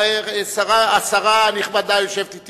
השרה הנכבדה יושבת אתי.